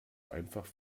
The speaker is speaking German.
einfach